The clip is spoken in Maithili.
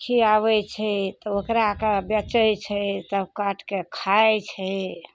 खिआबय छै तऽ ओकराके बेचय छै तब काटिके खाइ छै